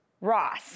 Ross